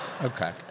Okay